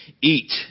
eat